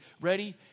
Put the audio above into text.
Ready